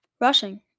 Rushing